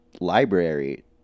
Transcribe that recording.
library